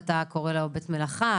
אתה קורא לו "בית מלאכה",